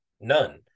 None